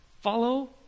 follow